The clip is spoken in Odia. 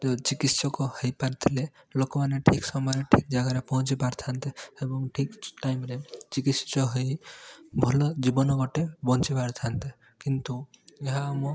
ଯେଉଁ ଚିକିତ୍ସକ ହେଇପାରିଥିଲେ ଲୋକମାନେ ଠିକ ସମୟରେ ଠିକ ଜାଗାରେ ପହଞ୍ଚି ପାରିଥାନ୍ତେ ଏବଂ ଠିକ ଟାଇମରେ ଚିକିତ୍ସା ହୋଇ ଭଲ ଜୀବନ ଗୋଟେ ବଞ୍ଚିପାରିଥାନ୍ତେ କିନ୍ତୁ ଏହା ଆମ